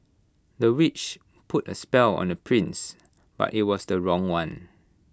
the witch put A spell on the prince but IT was the wrong one